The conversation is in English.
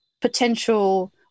potential